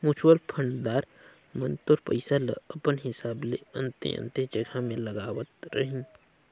mutual fund दार मन तोर पइसा ल अपन हिसाब ले अन्ते अन्ते जगहा में लगावत रहीं